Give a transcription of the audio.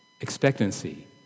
expectancy